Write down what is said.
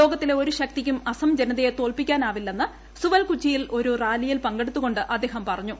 ലോകത്തിലെ ഒരു ശക്തിക്കും അസം ജനതയെ തോൽപ്പിക്കാനാവില്ലെന്ന് സുവൽകുച്ചിയിൽ ഒരു റാലിയിൽ പങ്കെടുത്തുകൊണ്ട് അദ്ദേഹം പറഞ്ഞു